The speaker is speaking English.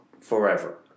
forever